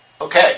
Okay